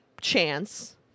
chance